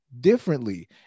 differently